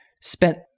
spent